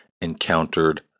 encountered